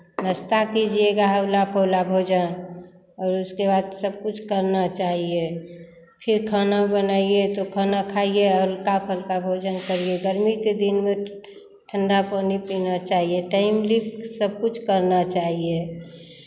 नाश्ता कीजिएगा हौला पौला भोजन और उसके बाद सब कुछ करना चाहिये फिर खाना बनाइये तो खाना खाइये हल्का फ़ुल्का भोजन करिये गर्मी के दिन में ठंडा पानी पीना चाहिये टाइमली सब कुछ करना चाहिये